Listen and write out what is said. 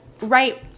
right